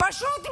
פשוט מאוד,